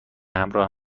همراه